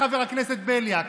חבר הכנסת בליאק,